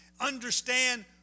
understand